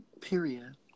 Period